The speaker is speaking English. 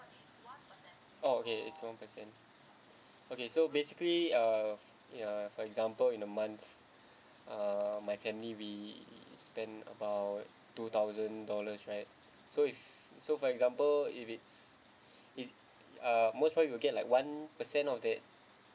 oh yes it's one percent okay so basically uh ya uh for example in the month uh my family we spent about two thousand dollars right so if so for example if it's it's ah most probably we'll get like one percent of that